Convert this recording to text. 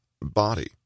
body